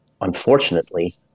unfortunately